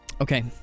Okay